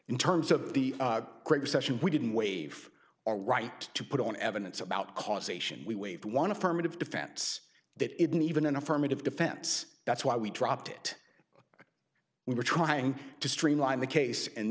in terms of the great recession we didn't wave our right to put on evidence about causation we waved one affirmative defense that isn't even an affirmative defense that's why we dropped it we were trying to streamline the case and